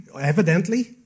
evidently